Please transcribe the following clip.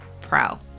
pro